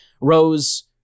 rose